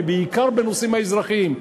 בעיקר בנושאים האזרחיים.